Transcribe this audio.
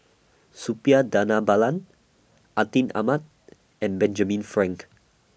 Suppiah Dhanabalan Atin Amat and Benjamin Frank